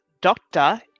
doctor